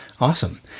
Awesome